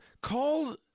called